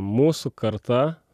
mūsų karta